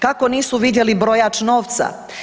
Kako nisu vidjeli brojač novca?